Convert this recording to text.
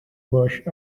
brush